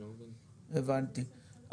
הבנתי.